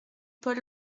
paul